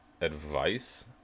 advice